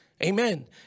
Amen